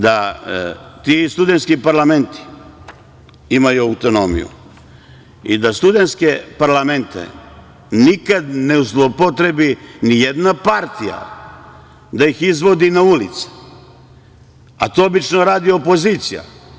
Da ti studentski parlamenti imaju autonomiju i da studentske parlamente nikada ne zloupotrebi nijedna partija, da ih izvodi na ulice, a to obično radi opozicija.